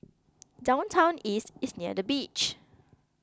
Downtown East is near the beach